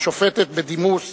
השופטת בדימוס